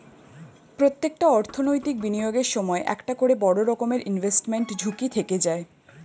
প্রত্যেকটা অর্থনৈতিক বিনিয়োগের সময় একটা করে বড় রকমের ইনভেস্টমেন্ট ঝুঁকি থেকে যায়